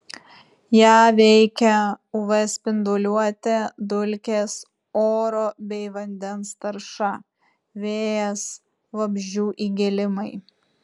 ją veikia uv spinduliuotė dulkės oro bei vandens tarša vėjas vabzdžių įgėlimai